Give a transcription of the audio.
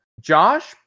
Josh